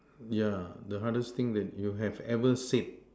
yeah the hardest thing that you have ever said